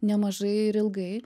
nemažai ir ilgai